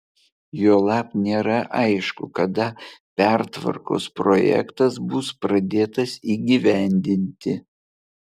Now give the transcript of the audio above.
juolab nėra aišku kada pertvarkos projektas bus pradėtas įgyvendinti